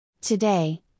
Today